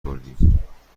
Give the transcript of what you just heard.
بردیم